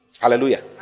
Hallelujah